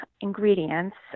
ingredients